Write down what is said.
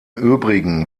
übrigen